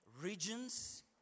regions